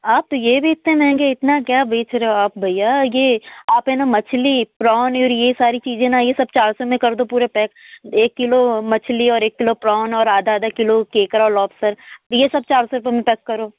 आप यह भी इतने महँगे इतना क्या बेच रहे हो आप भैया यह अपने ना मछली प्रॉन और यह सारी चीजें ना यह चार सौ में कर दो पूरे पैक एक किलो मछली और एक किलो प्रॉन और आधा आधा किलो केंकड़ा और लौप्सर यह सब चार सौ रुपये में पैक करो